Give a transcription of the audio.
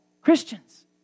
Christians